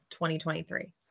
2023